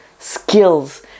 Skills